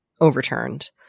overturned